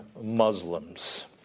Muslims